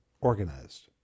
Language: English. organized